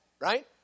right